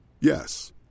Yes